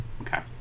Okay